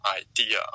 idea